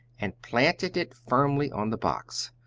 and planted it firmly on the box.